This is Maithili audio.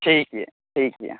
ठीक यऽ ठीक यऽ